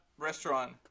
Restaurant